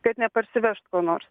kad neparsivežt ko nors